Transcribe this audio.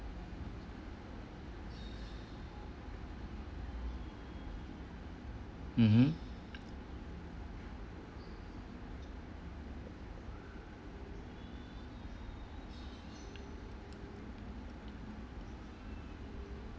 mmhmm